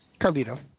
Carlito